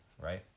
right